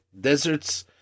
deserts